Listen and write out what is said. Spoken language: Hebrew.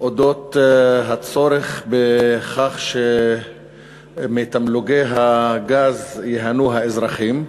אודות הצורך בכך שמתמלוגי הגז ייהנו האזרחים.